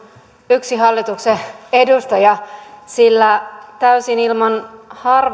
yksi hallituksen edustaja sillä täysin ilman